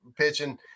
pitching